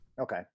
Okay